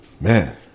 man